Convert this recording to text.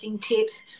tips